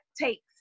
takes